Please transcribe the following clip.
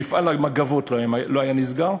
מפעל המגבות לא היה נסגר,